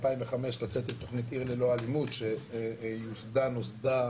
2005 לצאת בתוכנית עיר ללא אלימות שהיא נוסדה